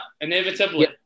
inevitably